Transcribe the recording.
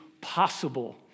possible